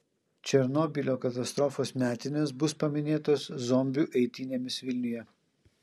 černobylio katastrofos metinės bus paminėtos zombių eitynėmis vilniuje